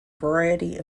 variety